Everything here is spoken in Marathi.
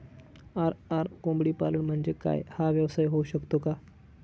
आर.आर कोंबडीपालन म्हणजे काय? हा व्यवसाय होऊ शकतो का?